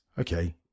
okay